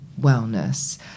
wellness